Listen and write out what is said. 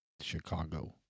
Chicago